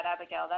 Abigail